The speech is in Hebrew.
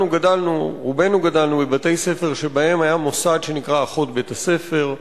רובנו גדלנו בבתי-ספר שבהם היה מוסד שנקרא "אחות בית-הספר",